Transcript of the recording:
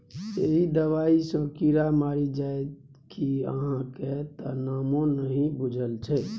एहि दबाई सँ कीड़ा मरि जाइत कि अहाँक त नामो नहि बुझल छै